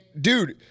dude